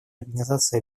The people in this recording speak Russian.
организации